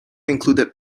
included